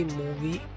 movie